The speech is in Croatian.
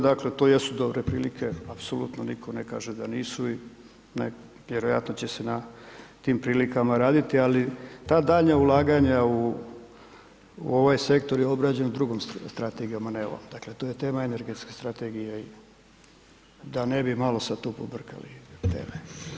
Dakle, to jesu dobre prilike, apsolutno nitko ne kaže da nisu i ne, vjerojatno će se na tim prilikama raditi, ali ta daljnja ulaganja u ove sektor je obrađen drugom Strategijom, a ne ovom, dakle to je tema Energetske strategije, da ne bi malo sad tu pobrkali teme.